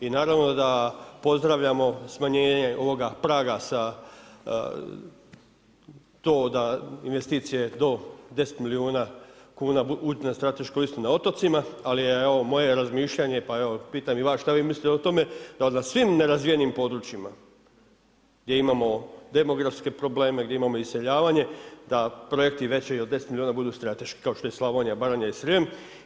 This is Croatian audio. I naravno da pozdravljamo smanjenje ovoga praga sa to da investicije do 10 milijuna kuna na stratešku listu na otocima, ali ovo je moje razmišljanje pa evo pitam i vas šta vi mislite o tome dal na svim nerazvijenim područjima gdje imamo demografske probleme, gdje imamo iseljavanje da projekti već od 10 milijuna budu strateški kao što je Slavonija, Baranja i Srijem.